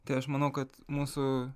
tai aš manau kad mūsų